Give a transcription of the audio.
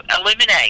eliminate